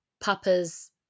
papa's